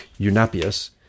Eunapius